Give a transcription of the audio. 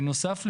בנוסף לזה,